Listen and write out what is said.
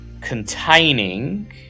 containing